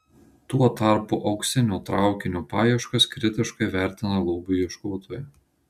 tuo tarpu auksinio traukinio paieškas kritiškai vertina lobių ieškotojai